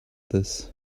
this